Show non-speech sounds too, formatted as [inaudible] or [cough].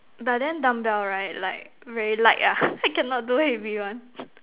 but then dumbbell right like very light ah [laughs] I cannot do heavy one